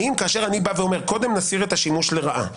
האם כאשר אני אומר שקודם נסיר את השימוש לרעה,